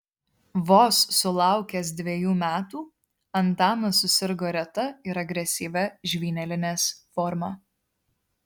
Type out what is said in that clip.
vos sulaukęs dvejų metų antanas susirgo reta ir agresyvia žvynelinės forma